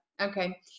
Okay